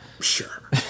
Sure